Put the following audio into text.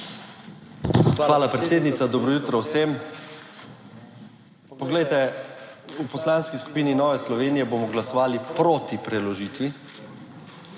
Hvala predsednica. Dobro jutro vsem. Poglejte, v Poslanski skupini Nove Slovenije bomo glasovali proti preložitvi,